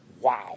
wow